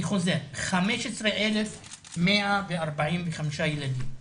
אני חוזר, 15,145 ילדים.